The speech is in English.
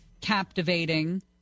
captivating